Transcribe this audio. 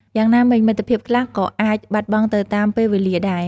យ៉ាងណាមិញ មិត្តភាពខ្លះក៏អាចបាត់បង់ទៅតាមពេលវេលាដែរ។